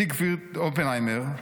זיגפריד אופנהיימר,